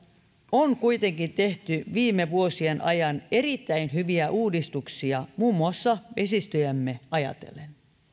on kuitenkin tehty viime vuosien ajan erittäin hyviä uudistuksia muun muassa vesistöjämme ajatellen